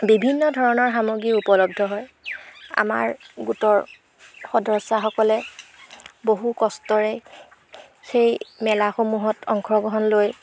বিভিন্ন ধৰণৰ সামগ্ৰীৰ উপলব্ধ হয় আমাৰ গোটৰ সদস্যাসকলে বহু কষ্টৰে সেই মেলাসমূহত অংশগ্ৰহণ লৈ